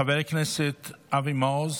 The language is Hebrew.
חבר הכנסת אבי מעוז,